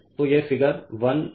तो यह divided by 1 f है